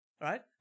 Right